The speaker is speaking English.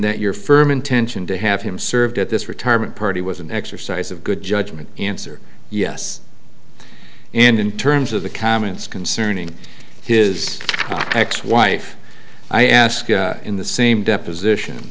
that your firm intention to have him served at this retirement party was an exercise of good judgment answer yes in terms of the comments concerning his ex wife i asked in the same deposition